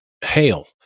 hail